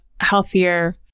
healthier